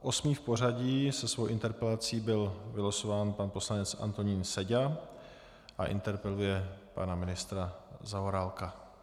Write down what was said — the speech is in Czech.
Osmý v pořadí se svou interpelací byl vylosován pan poslanec Antonín Seďa a interpeluje pana ministra Zaorálka.